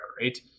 right